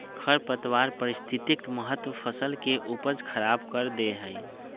खरपतवार पारिस्थितिक महत्व फसल के उपज खराब कर दे हइ